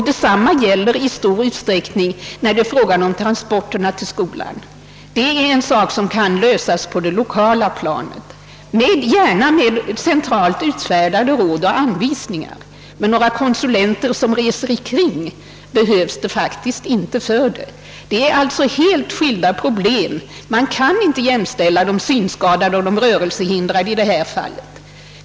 Detsamma gäller i stor utsträckning transporterna till skolan. Dessa ting kan lösas på det lokala planet, gärna med hjälp av centralt utfärdade råd och anvisningar. Men några konsulenter som reser omkring behövs det faktiskt inte. Problemen för olika grupper av handikappade är alltså helt olika. Man kan inte jämställa de synskadade och de rörelsehindrade i detta avseende.